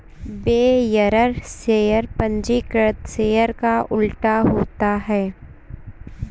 bearer share पंजीकृत share का उल्टा होता है